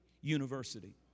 University